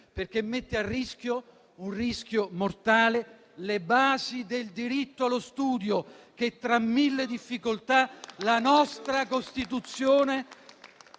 perché mette a rischio - un rischio mortale - le basi del diritto allo studio, ciò che, tra mille difficoltà, la nostra Costituzione